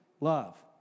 love